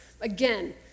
again